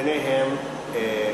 וביניהן,